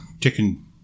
chicken